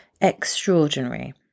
extraordinary